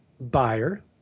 buyer